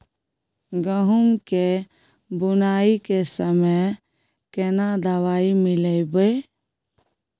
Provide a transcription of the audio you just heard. गहूम के बुनाई के समय केना दवाई मिलैबे?